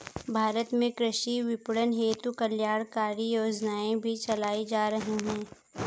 भारत में कृषि विपणन हेतु कल्याणकारी योजनाएं भी चलाई जा रही हैं